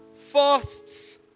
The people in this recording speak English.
fasts